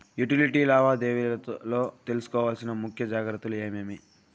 Utility లావాదేవీల లో తీసుకోవాల్సిన ముఖ్య జాగ్రత్తలు ఏమేమి?